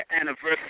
anniversary